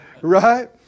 Right